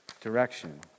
direction